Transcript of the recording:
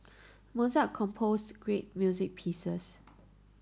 Mozart composed great music pieces